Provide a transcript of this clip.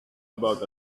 about